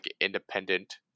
independent